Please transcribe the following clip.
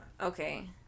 Okay